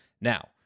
Now